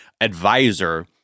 advisor